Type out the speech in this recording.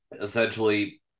essentially